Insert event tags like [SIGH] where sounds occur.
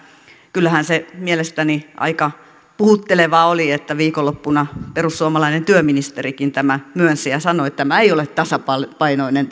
kyllähän se mielestäni aika puhuttelevaa oli että viikonloppuna perussuomalainen työministerikin tämän myönsi ja sanoi että tämä tietynlainen uhkapaketti ei ole tasapainoinen [UNINTELLIGIBLE]